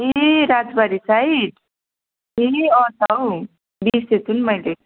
ए Rajbari side ए अँ त हौ बिर्सेँछु नि मैले